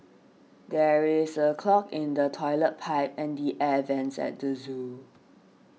there is a clog in the Toilet Pipe and the Air Vents at the zoo